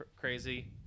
crazy